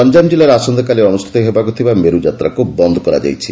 ଗଞ୍ଠାମ ଜିଲ୍ଲାରେ ଆସନ୍ତାକାଲି ଅନୁଷ୍ଟିତ ହେବାକୁ ଥିବା ମେରୁଯାତ୍ରାକୁ ବନ୍ଦ୍ କରାଯାଇଛି